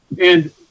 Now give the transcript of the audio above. And-